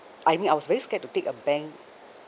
I mean I was very scared to take a bank